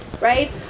right